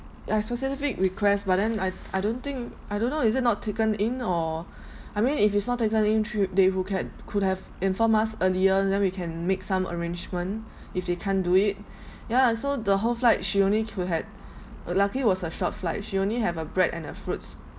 I specific request but then I I don't think I don't know is it not taken in or I mean if it's not taken in trip they who can could have informed us earlier then we can make some arrangement if they can't do it ya so the whole flight she only could had uh luckily it was a short flight she only have a bread and a fruits